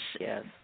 Yes